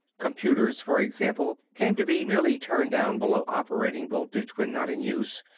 computers, for example, came to be merely turned down below operating voltage when not in use,